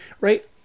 Right